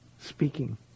speaking